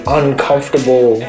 uncomfortable